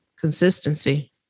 Consistency